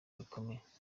rikomeye